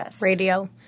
Radio